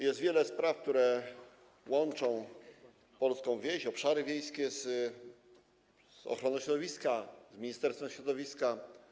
Jest wiele kwestii, które łączą polską wieś, obszary wiejskie z ochroną środowiska i z Ministerstwem Środowiska.